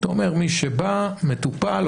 מי שבא מטופל,